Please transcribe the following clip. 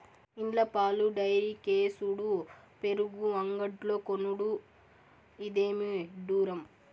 ఇండ్ల పాలు డైరీకేసుడు పెరుగు అంగడ్లో కొనుడు, ఇదేమి ఇడ్డూరం